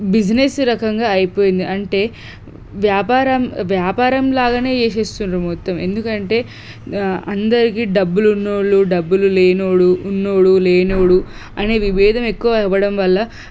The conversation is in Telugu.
బిజినెస్ రకంగా అయిపోయింది అంటే వ్యాపారం వ్యాపారం లాగానే చేసేస్తున్నారు మొత్తం ఎందుకంటే అందరికి డబ్బులు ఉన్నవాళ్ళు డబ్బులు లేనివాడు ఉన్నవాడు లేనవాడు అనే విభేదం ఎక్కువ అవడం వల్ల